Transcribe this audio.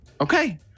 Okay